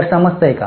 तर समजतंय का